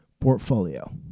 portfolio